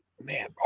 man